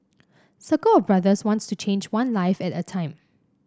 circle of Brothers wants to change one life at a time